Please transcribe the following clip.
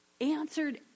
answered